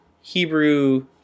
Hebrew